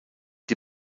die